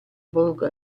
borgo